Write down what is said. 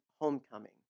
Homecoming